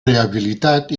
rehabilitat